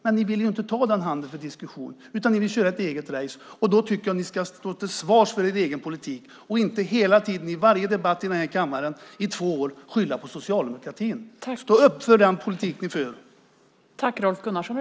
Men ni vill ju inte ta den handen för diskussion, utan ni vill köra ett eget race. Då tycker jag att ni ska stå till svars för er egen politik och inte hela tiden i varje debatt i kammaren i två år skylla på socialdemokratin. Stå upp för den politik ni för!